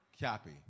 Copy